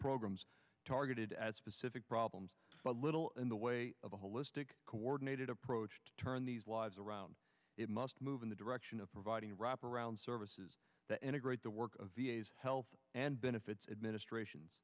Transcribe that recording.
programs targeted as specific problems but little in the way of a holistic coordinated approach to turn these lives around it must move in the direction of providing wraparound services to integrate the work of v a s health and benefits administration